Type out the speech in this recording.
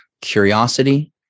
Curiosity